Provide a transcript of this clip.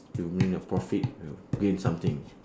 it'll mean the profit will gain something